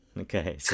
Okay